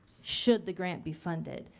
should the grant be funded.